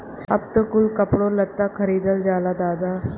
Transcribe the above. अब त कुल कपड़ो लत्ता खरीदल जाला दादा